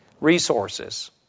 resources